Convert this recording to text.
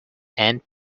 and